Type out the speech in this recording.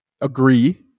agree